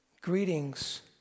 greetings